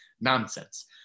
Nonsense